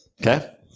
okay